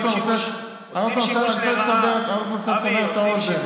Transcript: אני רק רוצה לסבר את האוזן.